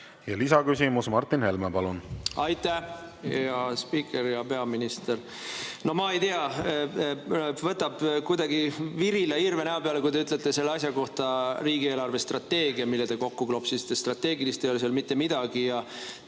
Lisaküsimus, Martin Helme, palun! Aitäh, hea spiiker! Hea peaminister! No ma ei tea, võtab kuidagi virila irve näole, kui te ütlete selle asja kohta riigi eelarvestrateegia, mille te kokku klopsisite. Strateegilist ei ole seal mitte midagi ja